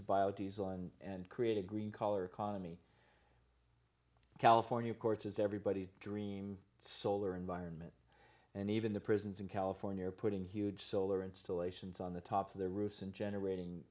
diesel and create a green collar economy california of course is everybody's dream solar environment and even the prisons in california are putting huge solar installations on the top of their roofs and generating